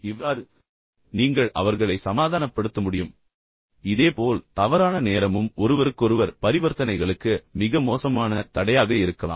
இவ்வாறு நீங்கள் அவர்களை சமாதானப்படுத்த முடியும் இதேபோல் தவறான நேரமும் ஒருவருக்கொருவர் பரிவர்த்தனைகளுக்கு மிக மோசமான தடையாக இருக்கலாம்